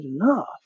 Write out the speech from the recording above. enough